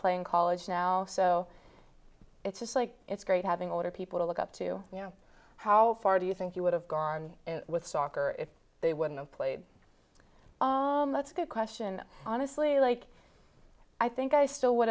play in college now so it's just like it's great having older people to look up to you know how far do you think you would have gone with soccer if they wouldn't have played let's go question honestly like i think i still would